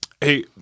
Hey